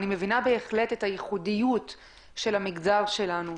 אני מבינה את הייחודיות של המגזר שלנו.